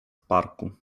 parku